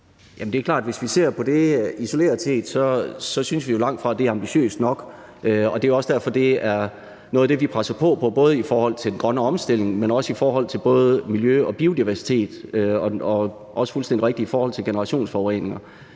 det er klart, at hvis vi ser på det isoleret set, så synes vi langtfra, at det er ambitiøst nok. Og det er også derfor, at det er noget af det, vi presser på for, både i forhold til den grønne omstilling, men også i forhold til miljø og biodiversitet og også – det er fuldstændig rigtigt – i forhold til generationsforureninger.